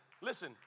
listen